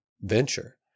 venture